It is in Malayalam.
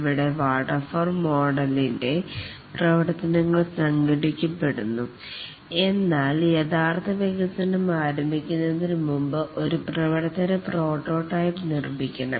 ഇവിടെ വാട്ടർഫാൾ മോഡലിൻ്റെ ത്തിലെ മാതൃകപോലെ പ്രവർത്തനങ്ങൾ സംഘടിപ്പിക്കപ്പെടുന്നു എന്നാൽ യഥാർത്ഥ വികസനം ആരംഭിക്കുന്നതിന് മുമ്പ് ഒരു പ്രവർത്തന പ്രോട്ടോടൈപ്പ് നിർമ്മിക്കണം